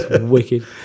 Wicked